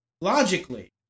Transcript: logically